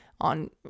on